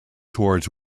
towards